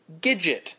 Gidget